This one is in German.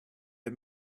der